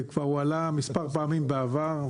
והוא כבר הועלה מס' פעמים בעבר,